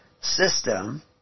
system